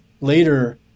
Later